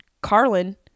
Carlin